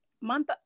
month